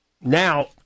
Now